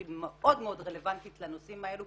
שהיא מאוד מאוד רלוונטית לנושאים האלו,